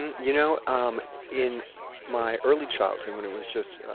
and you know um in my early childhood, when it was just